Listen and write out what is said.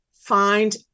find